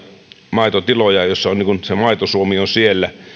maitotiloja se maito suomi on siellä ja